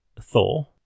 Thor